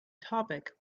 topic